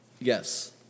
Yes